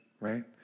right